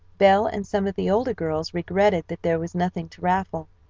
belle and some of the older girls regretted that there was nothing to raffle.